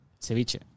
Ceviche